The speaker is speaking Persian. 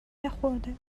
یخورده